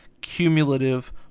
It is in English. cumulative